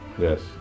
Yes